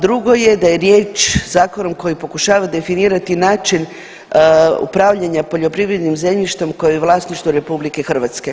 Drugo je da je riječ o zakonu koji pokušava definirati način upravljanja poljoprivrednim zemljištem koje je vlasništvo RH.